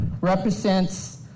represents